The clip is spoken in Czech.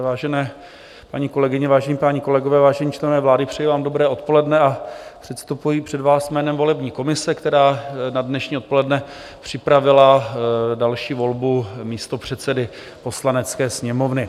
Vážené paní kolegyně, vážení páni kolegové, vážení členové vlády, přeji vám dobré odpoledne a předstupuji před vás jménem volební komise, která na dnešní odpoledne připravila další volbu místopředsedy Poslanecké sněmovny.